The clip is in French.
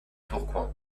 tourcoing